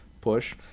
push